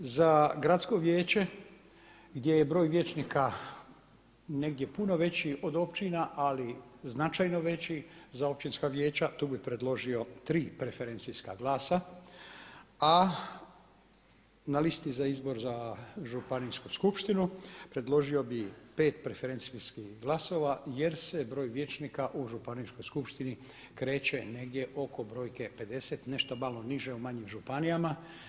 Za gradsko vijeće gdje je broj vijećnika negdje puno veći od općina, značajno veći za općinska vijeća tu bi predložio tri preferencijska glasa, a na listi za izbor za županijsku skupštinu predložio bi pet preferencijskih glasova jer se broj vijećnika u županijskoj skupštini kreće negdje oko brojke 50, nešto malo niže u manjim županijama.